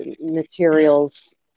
materials